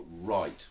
right